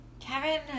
Kevin